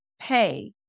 pay